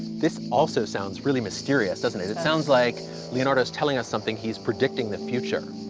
this also sounds really mysterious, doesn't it? it sounds like leonardo's telling us something. he's predicting the future.